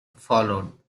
followed